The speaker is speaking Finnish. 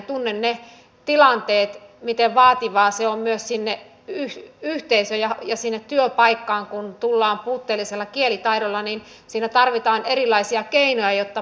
uudistus jonka päättäjät haluavat viedä läpi ei raukea vain sen vuoksi että valmisteluun annetaan pari kuukautta lisää aikaa koska hyvä lainvalmistelu vaatii aikaa